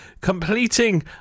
completing